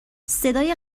صدای